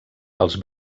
els